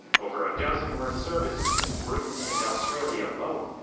over a dozen were in service between britain and australia alone.